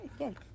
Okay